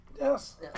Yes